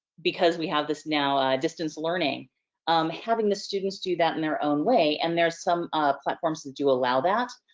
because we have this now distance learning having the students do that in their own way. and there are some platforms that do allow that.